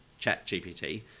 ChatGPT